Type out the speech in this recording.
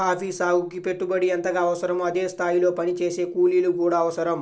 coffee సాగుకి పెట్టుబడి ఎంతగా అవసరమో అదే స్థాయిలో పనిచేసే కూలీలు కూడా అవసరం